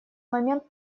момент